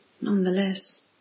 nonetheless